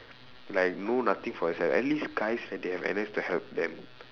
like no nothing for herself at least guys right they have N_S to help them